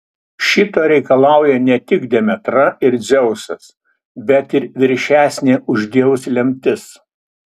šito reikalauja ne tik demetra ir dzeusas bet ir viršesnė už dievus lemtis